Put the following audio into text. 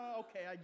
okay